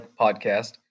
Podcast